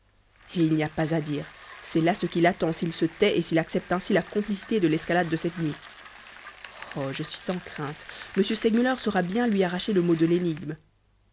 et il n'y a pas à dire c'est là ce qui l'attend s'il se tait et s'il accepte ainsi la complicité de l'escalade de cette nuit oh je suis sans crainte m segmuller saura bien lui arracher le mot de l'énigme